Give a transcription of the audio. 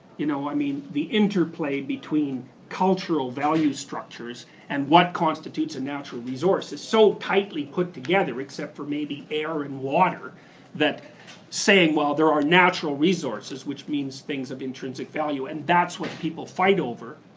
you know i mean the interplay between cultural value structures and what constitutes a natural resource is so tightly put together except for maybe air and water that saying there are natural resources which means things of intrinsic value, and that's what people fight over.